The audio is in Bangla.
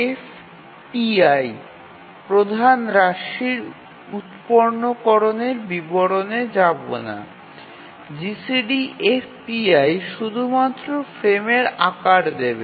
GCDF pi প্রধান রাশির উত্পন্নকরণের বিবরণে যাবে না GCDF pi শুধুমাত্র ফ্রেমের আকার দেবে